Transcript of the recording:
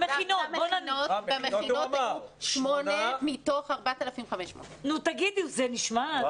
במכינות היו 8 מתוך 4,500. תגידי, זה נשמע ---?